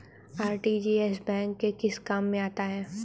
RTGS bank के किस काम में आता है?